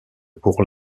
pour